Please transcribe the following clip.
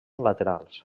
laterals